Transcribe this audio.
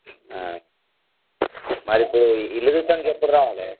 మరి ఇప్పుడు ఇల్లు చూస్తానికి ఎప్పుడు రావాలె